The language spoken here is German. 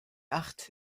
acht